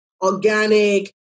organic